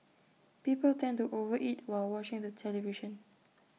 people tend to over eat while watching the television